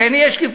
כן תהיה שקיפות,